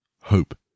hope